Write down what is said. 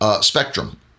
spectrum